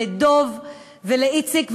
לדב ולאיציק.